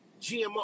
GMO